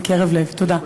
תודה.